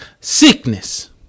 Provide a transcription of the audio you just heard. sickness